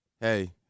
Hey